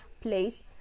place